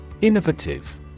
Innovative